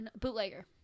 Bootlegger